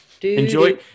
enjoy